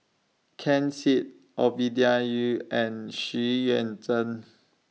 Ken Seet Ovidia Yu and Xu Yuan Zhen